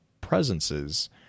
presences